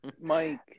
Mike